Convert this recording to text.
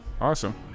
Awesome